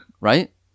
Right